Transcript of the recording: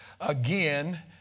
again